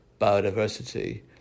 biodiversity